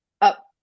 up